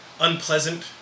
unpleasant